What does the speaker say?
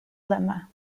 lemma